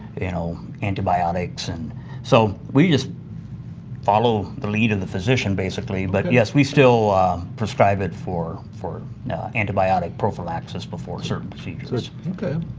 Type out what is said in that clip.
you know, antibiotics and so we just follow the lead of the physician, basically. but, yes, we still prescribe it for for antibiotic prophylaxis before certain procedures. okay.